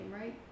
right